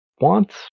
wants